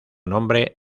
nombre